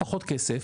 פחות כסף,